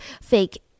fake